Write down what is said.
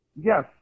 yes